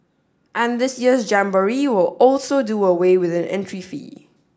and this year's jamboree will also do away with an entry fee